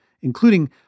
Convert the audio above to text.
including